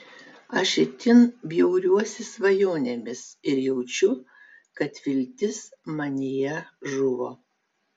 aš itin bjauriuosi svajonėmis ir jaučiu kad viltis manyje žuvo